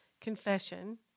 confession